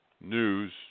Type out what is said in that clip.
News